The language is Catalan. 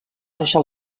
deixar